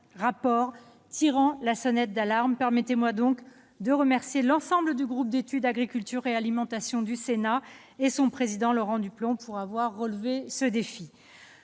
rapport tirant la sonnette d'alarme. Permettez-moi de remercier l'ensemble du groupe d'études Agriculture et alimentation du Sénat et son président, Laurent Duplomb, pour avoir relevé ce défi.